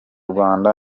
rwanda